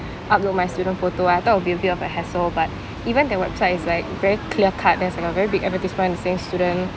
upload my student photo I thought it would be a bit of a hassle but even the website is like very clear cut there's like a very big advertisement saying student